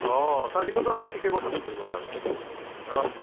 অঁ ছাৰ সেইটোতো আপুনি ঠিকে কথা কৈছে ৰ'ব ছাৰ অঁ